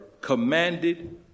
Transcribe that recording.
commanded